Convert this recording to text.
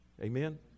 amen